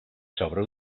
sobre